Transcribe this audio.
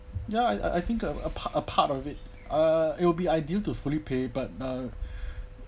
ya I I think a a a part of it uh it it will be ideal to fully pay but uh